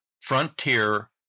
frontier